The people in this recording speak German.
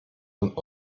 und